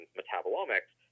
metabolomics